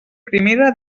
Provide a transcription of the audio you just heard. primera